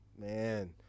man